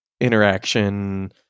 interaction